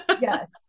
Yes